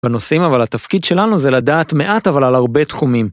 בנושאים, אבל התפקיד שלנו זה לדעת מעט אבל על הרבה תחומים.